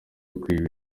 ikubiyemo